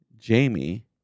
Jamie